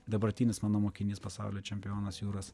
dabartinis mano mokinys pasaulio čempionas juras